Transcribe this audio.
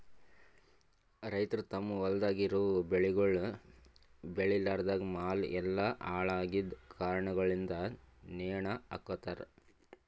ರೈತುರ್ ತಮ್ ಹೊಲ್ದಾಗ್ ಇರವು ಬೆಳಿಗೊಳ್ ಬೇಳಿಲಾರ್ದಾಗ್ ಮಾಲ್ ಎಲ್ಲಾ ಹಾಳ ಆಗಿದ್ ಕಾರಣಗೊಳಿಂದ್ ನೇಣ ಹಕೋತಾರ್